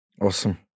Awesome